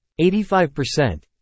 85%